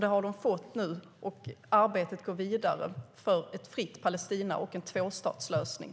Det har de nu fått. Arbetet går vidare för ett fritt Palestina och en tvåstatslösning.